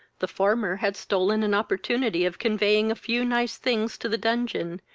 the former had stolen an opportunity of conveying a few nice things to the dungeon,